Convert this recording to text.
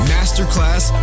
Masterclass